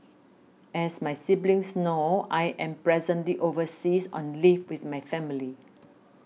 as my siblings know I am presently overseas on leave with my family